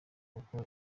kuko